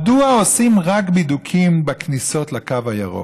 מדוע עושים בידוקים רק בכניסות לקו הירוק?